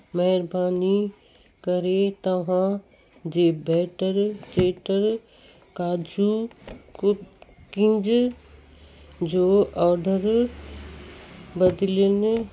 महिरबानी करे तव्हां जे बैटर चेटर काजू कुकींज जो ऑडर बदिलियुनि